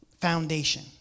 foundation